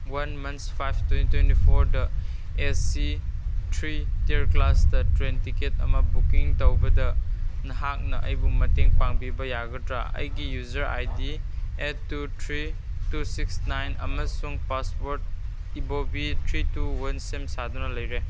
one ꯃꯟꯁ five twenty twenty ꯐꯣꯔꯗ A C three tier ꯀ꯭ꯂꯥꯁꯇ ꯇ꯭ꯔꯦꯟ ꯇꯤꯛꯀꯦꯠ ꯑꯃ ꯕꯨꯛꯀꯤꯡ ꯇꯧꯕꯗ ꯅꯍꯥꯛꯅ ꯑꯩꯕꯨ ꯃꯇꯦꯡ ꯄꯥꯡꯕꯤꯕ ꯌꯥꯒꯗ꯭ꯔꯥ ꯑꯩꯒꯤ user I D eight two three two six nine ꯑꯃꯁꯨꯡ ꯄꯥꯁꯋꯥꯔꯠ ꯏꯕꯣꯕꯤ ꯊ꯭ꯔꯤ ꯇꯨ ꯋꯥꯟ ꯁꯦꯝ ꯁꯥꯗꯨꯅ ꯂꯩꯔꯦ